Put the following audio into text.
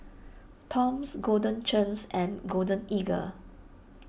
Toms Golden Churns and Golden Eagle